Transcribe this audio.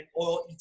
oil